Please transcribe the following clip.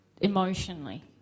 Emotionally